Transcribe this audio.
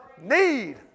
need